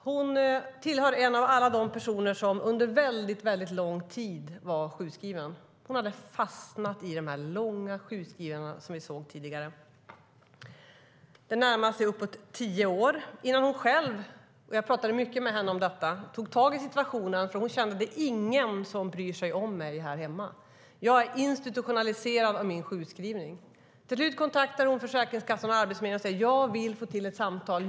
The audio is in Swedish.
Hon är en av alla de personer som under väldigt lång tid var sjukskriven. Hon hade fastnat i de långa sjukskrivningarna, som vi såg tidigare. Det närmade sig uppåt tio år innan hon själv - jag pratade mycket med henne om detta - tog tag i situationen. Hon kände nämligen: Det är ingen som bryr sig om mig här hemma. Jag är institutionaliserad av min sjukskrivning. Till slut kontaktade hon Försäkringskassan och Arbetsförmedlingen och sade: Jag vill få till ett samtal.